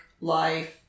life